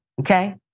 okay